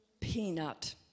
peanut